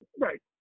Right